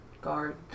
guard